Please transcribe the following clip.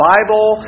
Bible